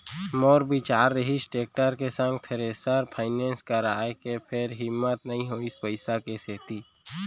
मोर बिचार रिहिस टेक्टर के संग थेरेसर फायनेंस कराय के फेर हिम्मत नइ होइस पइसा के सेती